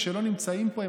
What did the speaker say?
כשהם לא נמצאים פה,